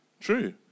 true